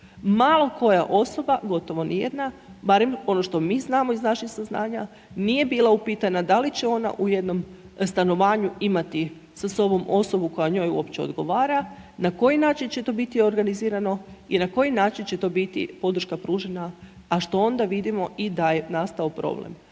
Malo koja osoba, gotovo ni jedna, barem ono što mi znamo iz naših saznanja nije bila upitana da li će ona u jednom stanovanju imati sa sobom osobu koja njoj uopće odgovara, na koji način će to biti organizirano i na koji način će to biti podrška pružena a što onda vidimo i da je nastao problem.